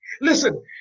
Listen